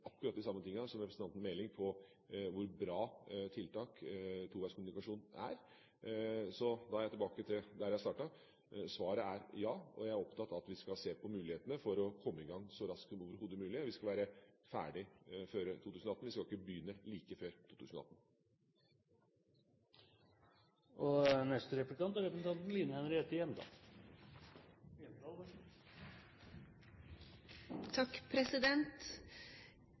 akkurat det samme som representanten Meling når det gjelder hvor bra tiltaket toveiskommunikasjon er. Da er jeg tilbake der jeg startet. Svaret er ja, og jeg er opptatt av at vi skal se på mulighetene for å komme i gang så raskt som overhodet mulig. Og vi skal være ferdig før 2018, vi skal ikke begynne like før 2018.